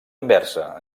inversa